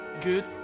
good